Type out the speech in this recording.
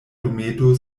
dometo